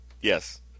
Yes